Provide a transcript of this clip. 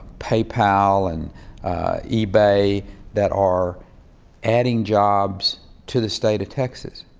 paypal and ebay that are adding jobs to the state of texas.